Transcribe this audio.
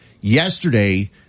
yesterday